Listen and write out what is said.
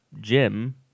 Jim